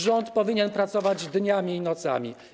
Rząd powinien pracować dniami i nocami.